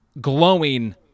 glowing